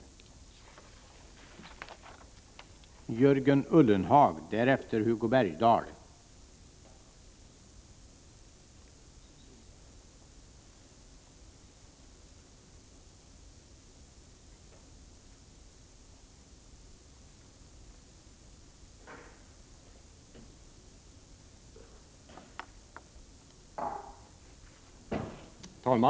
med teknikerbristen